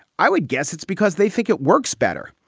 i would guess it's because they think it works better.